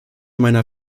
meiner